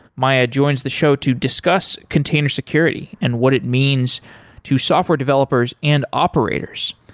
maya joins the show to discuss container security and what it means to software developers and operators.